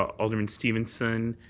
ah alderman stevenson.